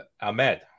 Ahmed